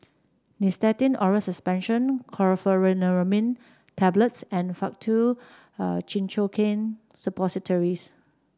Nystatin Oral Suspension Chlorpheniramine Tablets and Faktu Cinchocaine Suppositories